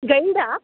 ಗೈಡಾ